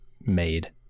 made